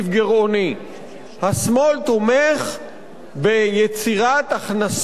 השמאל תומך ביצירת הכנסות חדשות למדינה,